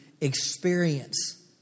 experience